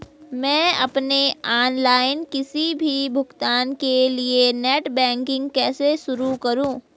मैं अपने ऑनलाइन किसी भी भुगतान के लिए नेट बैंकिंग कैसे शुरु करूँ?